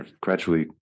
gradually